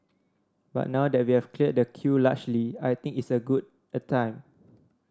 but now that we've cleared the queue largely I think it's a good a time